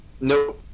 No